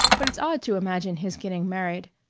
but it's odd to imagine his getting married.